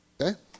okay